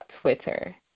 Twitter